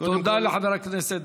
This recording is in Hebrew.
לחבר הכנסת